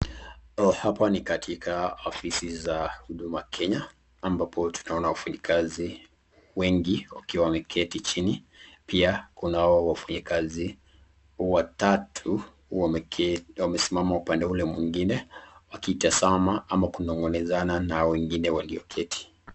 Hapa ni katika afisi za huduma Kenya, ambapo tunaona wafanyikazi wengi wakiwa wameketi chini, pia kunao wafanyikazi watatu wamesimama upande ule mwingine wakitazama au wakinong'onezana na wengine walio keti.